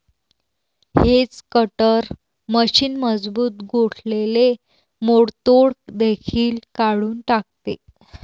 hedge cutter machine मजबूत गोठलेले मोडतोड देखील काढून टाकते